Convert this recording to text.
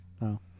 No